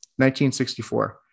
1964